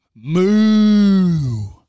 Moo